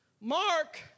Mark